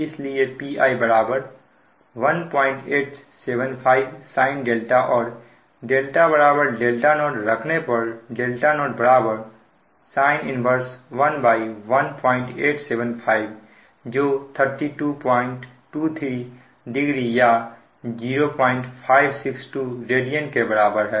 इसलिए Pi 1875 sin और δ0रखने पर 0 sin 11 1875जो 32230 या 0562 रेडियन के बराबर है